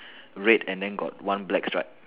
red and then got one black stripe